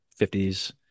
50s